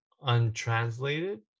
untranslated